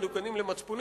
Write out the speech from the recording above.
מנוגדים למצפוני,